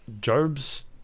job's